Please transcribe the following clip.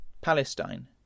Palestine